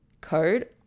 code